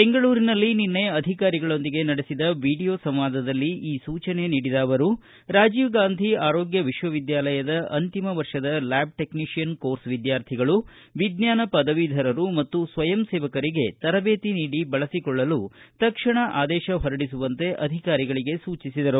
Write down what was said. ಬೆಂಗಳೂರಿನಲ್ಲಿ ನಿನ್ನೆ ಅಧಿಕಾರಿಗಳೊಂದಿಗೆ ನಡೆಸಿದ ವಿಡಿಯೋ ಸಂವಾದದಲ್ಲಿ ಈ ಸೂಚನೆ ನೀಡಿದ ಅವರು ರಾಜೀವ್ ಗಾಂಧಿ ಆರೋಗ್ಯ ವಿಶ್ವ ವಿದ್ಯಾಲಯದ ಅಂತಿಮ ವರ್ಷದ ಲ್ಯಾಬ್ ಟೆಕ್ನಿಶಿಯನ್ ಕೋರ್ಸ್ ವಿದ್ಯಾರ್ಥಿಗಳು ವಿಜ್ಞಾನ ಪದವೀಧರರು ಮತ್ತು ಸ್ವಯಂ ಸೇವಕರಿಗೆ ತರಬೇತಿ ನೀಡಿ ಬಳಬಿಕೊಳ್ಳಲು ತಕ್ಷಣ ಆದೇಶ ಹೊರಡಿಸುವಂತೆ ಅಧಿಕಾರಿಗಳಿಗೆ ಸೂಚಿಸಿದರು